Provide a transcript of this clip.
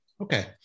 Okay